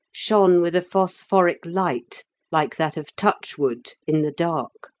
shone with a phosphoric light like that of touchwood in the dark.